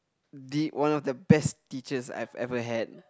the one of the best teachers I've ever had